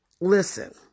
listen